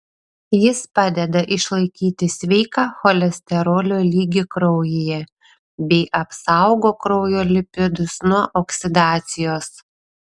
jis padeda išlaikyti sveiką cholesterolio lygį kraujyje bei apsaugo kraujo lipidus nuo oksidacijos